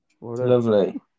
Lovely